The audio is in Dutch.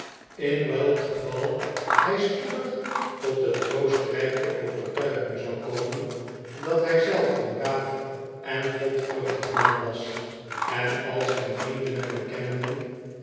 in welk geval hij spoedig tot de troostrijke overtuiging zou komen dat hij zelf een braaf en godvruchtig man was en al zijn vrienden en bekenden